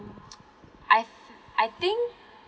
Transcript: I fe~ I think